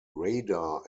radar